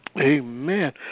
Amen